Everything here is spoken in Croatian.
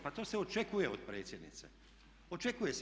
Pa to se očekuje od predsjednice, očekuje se.